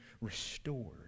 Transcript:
restored